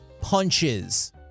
Punches